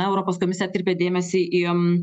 na europos komisija atkreipia dėmesį į